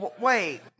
Wait